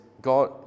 God